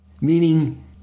Meaning